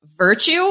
virtue